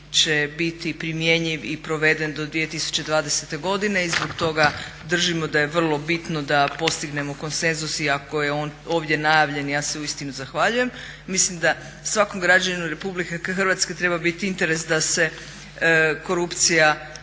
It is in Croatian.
će biti primjenjiv i proveden do 2020. godine i zbog toga držimo da je vrlo bitno da postignemo konsenzus i ako je on ovdje najavljen ja se uistinu zahvaljujem. Mislim da svakom građaninu RH treba biti interes da se korupcija